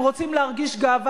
בעד,